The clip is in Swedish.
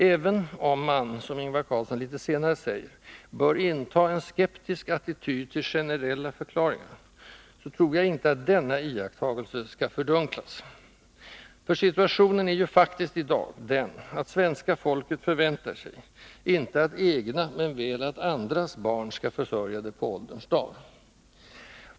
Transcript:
Även om man, som Ingvar Carlsson litet senare säger, bör inta en skeptisk attityd till ”generella förklaringar”, tror jag inte att just denna iakttagelse skall ”fördunklas”. Situationen är ju faktiskt i dag den, att svenska folket förväntar sig inte att egna, men väl att andras barn skall försörja det på ålderns dagar.